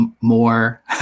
more